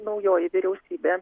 naujoji vyriausybė